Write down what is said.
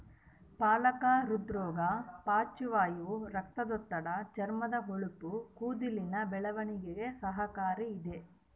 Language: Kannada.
ಪಾಲಕ ಹೃದ್ರೋಗ ಪಾರ್ಶ್ವವಾಯು ರಕ್ತದೊತ್ತಡ ಚರ್ಮದ ಹೊಳಪು ಕೂದಲಿನ ಬೆಳವಣಿಗೆಗೆ ಸಹಕಾರಿ ಇದ